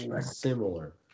similar